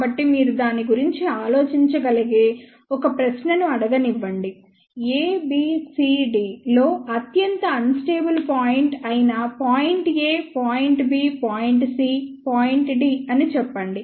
కాబట్టి మీరు దాని గురించి ఆలోచించగలిగే ఒక ప్రశ్నను అడగనివ్వండి a b c d లో అత్యంత అన్ స్టేబుల్ పాయింట్ అయిన point a point b point c point d అని చెప్పండి